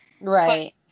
Right